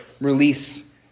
release